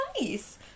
nice